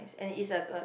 and it's like a